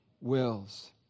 wills